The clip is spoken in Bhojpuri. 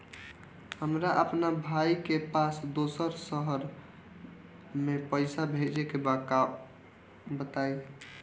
हमरा अपना भाई के पास दोसरा शहर में पइसा भेजे के बा बताई?